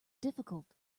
difficult